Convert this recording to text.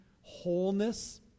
wholeness